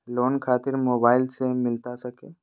Loan खातिर mobile से मिलता सके?